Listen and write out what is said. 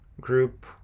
group